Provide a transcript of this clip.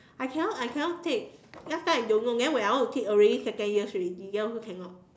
I cannot I cannot take last time I don't know then when I want to take already second years already then also cannot